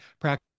practice